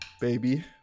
baby